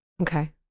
okay